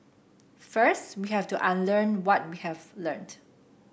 first we have to unlearn what we have learnt